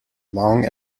long